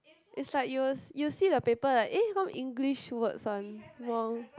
it's like you will you see the paper like eh how come English words one wrong